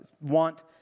want